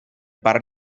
parc